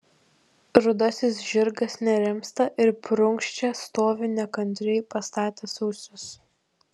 rudasis žirgas nerimsta ir prunkščia stovi nekantriai pastatęs ausis